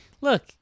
look